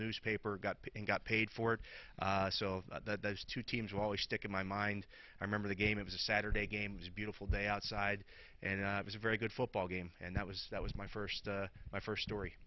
newspaper got and got paid for it so those two teams always stick in my mind i remember the game it was a saturday games beautiful day outside and it was a very good football game and that was that was my first my first story